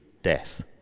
death